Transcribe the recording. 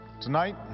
Tonight